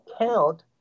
count